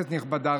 כנסת נכבדה,